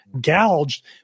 gouged